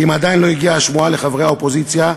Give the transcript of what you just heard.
כי אם עדיין לא הגיעה השמועה לחברי האופוזיציה,